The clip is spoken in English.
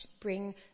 bring